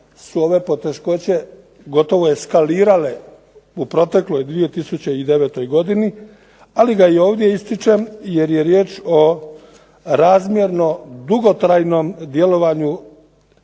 su ove poteškoće gotovo eskalirale u protekloj 2009. godini ali ga i ovdje ističem jer je riječ o razmjerno dugotrajnom djelovanju